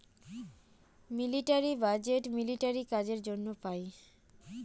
military budget military কাজের জন্য পাই